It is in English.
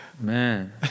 Man